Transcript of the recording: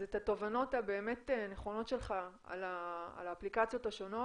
אז את התובנות הבאמת נכונות שלך על האפליקציות השונות,